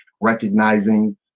recognizing